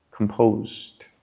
composed